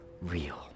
real